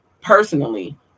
personally